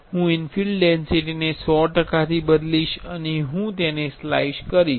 હું ઇન્ફિલ ડેન્સિટીને 100 ટકા થી બદલીશ અને હું તેને સ્લાઇસ કરીશ